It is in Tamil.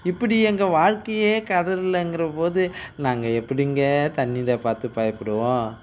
இப்படி எங்கள் வாழ்க்கையே கடல்லங்கிறபோது நாங்கள் எப்படிங்க தண்ணீரை பார்த்து பயப்படுவோம்